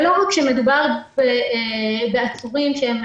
לא רק שמדובר בעצורים שהם